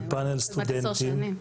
בפאנל סטודנטים,